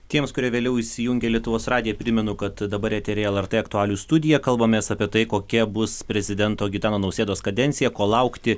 tiems kurie vėliau įsijungė lietuvos radiją primenu kad dabar eteryje lrt aktualijų studija kalbamės apie tai kokia bus prezidento gitano nausėdos kadencija ko laukti